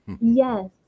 Yes